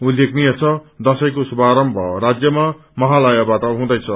उल्लेखनीय छ दशैंको शुभारम्भ राज्यमा महालयाबाट हुँदछ